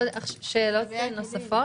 יש שאלות נוספות?